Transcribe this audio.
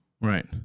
right